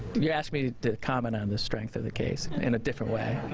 you are asking me to comment on the strength of the case in a different way.